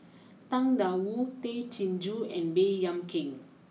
Tang Da Wu Tay Chin Joo and Baey Yam Keng